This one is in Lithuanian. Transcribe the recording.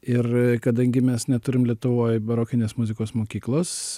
ir kadangi mes neturim lietuvoj barokinės muzikos mokyklas